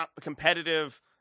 competitive